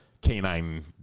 canine